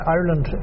Ireland